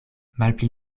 malpli